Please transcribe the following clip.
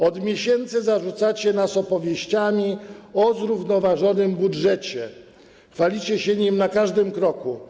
Od miesięcy zarzucacie nas opowieściami o zrównoważonym budżecie, chwalicie się nim na każdym kroku.